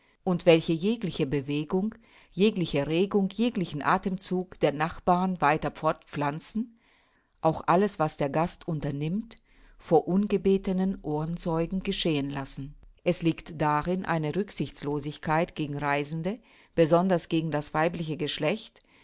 und welche jegliche bewegung jegliche regung jeglichen athemzug der nachbarn weiter fortpflanzen auch alles was der gast unternimmt vor ungebetenen ohren zeugen geschehen lassen es liegt darin eine rücksichtslosigkeit gegen reisende besonders gegen das weibliche geschlecht